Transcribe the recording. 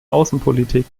außenpolitik